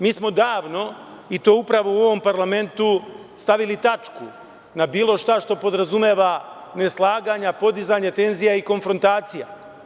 Mi smo davno, i to upravo u ovom parlamentu, stavili tačku na bilo šta što podrazumeva neslaganja, podizanja tenzija i konfrontacije.